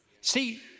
See